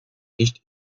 nicht